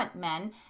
men